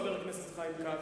חבר הכנסת חיים כץ,